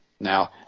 Now